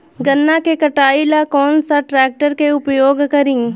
गन्ना के कटाई ला कौन सा ट्रैकटर के उपयोग करी?